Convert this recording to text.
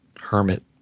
hermit